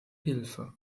hilfe